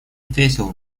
ответил